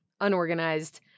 unorganized